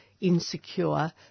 insecure